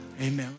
amen